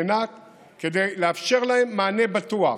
כדי לאפשר להם מענה בטוח.